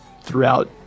throughout